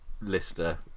lister